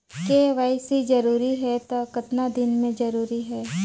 KYC जरूरी हे तो कतना दिन मे जरूरी है?